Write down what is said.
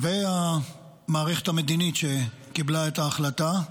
והמערכת המדינית שקיבלה את ההחלטה,